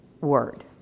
Word